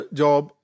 job